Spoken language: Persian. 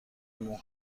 مهر